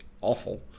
awful